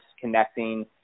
connecting